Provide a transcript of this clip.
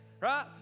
right